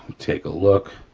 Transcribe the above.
take a look,